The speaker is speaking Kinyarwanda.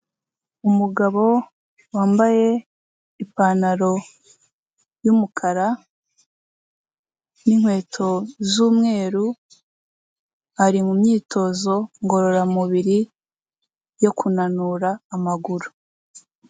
Umugabo wambaye ipantaro y'umukara n'ininkweto z'umweru, ari mu myitozo ngororamubiri yo kunanura amaguru.